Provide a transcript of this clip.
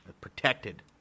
Protected